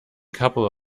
couple